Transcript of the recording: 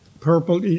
purple